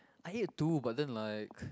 I ate too but then like